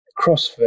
CrossFit